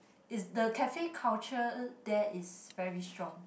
it's the cafe culture there is very strong